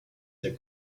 der